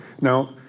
Now